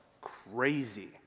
crazy